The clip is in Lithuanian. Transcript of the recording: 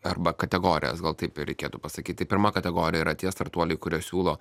arba kategorijas gal taip reikėtų pasakyti pirma kategorija yra tie startuoliai kurie siūlo